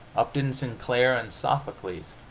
upton sinclair and sophocles!